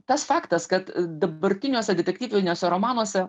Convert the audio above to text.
tas faktas kad dabartiniuose detektyviniuose romanuose